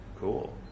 Cool